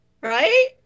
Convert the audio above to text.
Right